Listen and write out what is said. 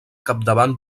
capdavant